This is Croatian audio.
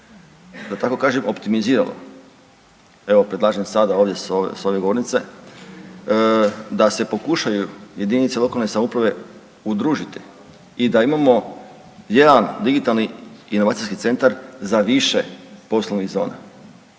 da tako kažem optimiziralo evo predlažem sada ovdje s ove govornice da se pokušaju JLS udružiti i da imamo jedan digitalni inovacijski centar za više poslovnih zona.